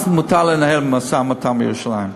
אז מותר לנהל משא-ומתן על ירושלים,